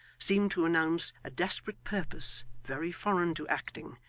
seemed to announce a desperate purpose very foreign to acting,